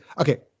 okay